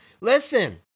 listen